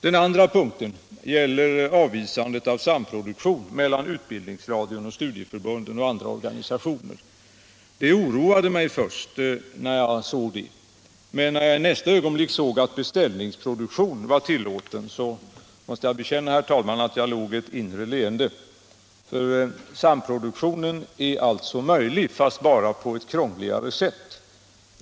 Den andra punkten gäller avvisandet av samproduktion mellan utbildningsradion och studieförbunden och andra organisationer. Det oroade mig först när jag såg det, men när jag i nästa ögonblick såg att beställningsproduktion var tillåten så log jag — jag måste bekänna att jag gjorde det — ett inre leende. Samproduktionen är alltså möjlig fast bara på ett krångligare sätt.